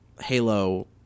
Halo